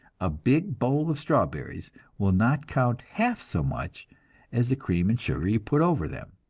a big bowl of strawberries will not count half so much as the cream and sugar you put over them.